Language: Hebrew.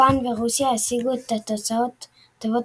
יפן ורוסיה השיגו את התוצאות הטובות